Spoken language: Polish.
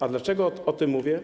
A dlaczego o tym mówię?